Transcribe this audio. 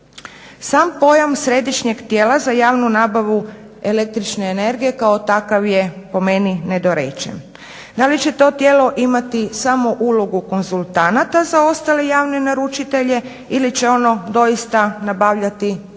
Sam pojam središnjeg tijela za javnu nabavu električne energije kao takav je po meni nedorečen. Da li će to tijelo imati samo ulogu konzultanata za ostale javne naručitelje ili će ono doista nabavljati samo